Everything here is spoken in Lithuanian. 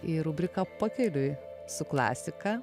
į rubriką pakeliui su klasika